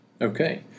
Okay